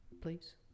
please